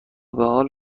بحال